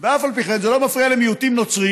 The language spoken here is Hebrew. ואף על פי כן זה לא מפריע למיעוטים נוצריים